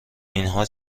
اینها